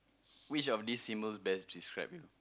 which of these symbols best describe you